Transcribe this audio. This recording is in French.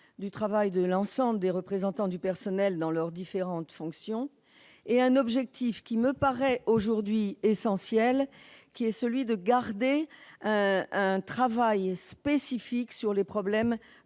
du travail de l'ensemble des représentants du personnel dans leurs différentes fonctions, et un objectif, qui me paraît aujourd'hui essentiel, de préservation d'un travail spécifique sur les problèmes